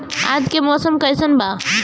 आज के मौसम कइसन बा?